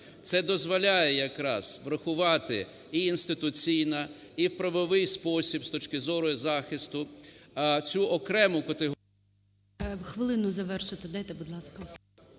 Це дозволяє якраз врахувати іінституційно, і в правовий спосіб з точки зору захисту цю окрему категорію…